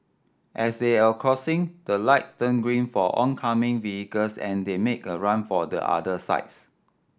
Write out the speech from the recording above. as they are crossing the lights turned green for oncoming vehicles and they make a run for the other sides